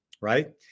right